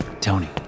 Tony